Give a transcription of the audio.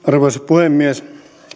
arvoisa puhemies